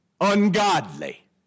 ungodly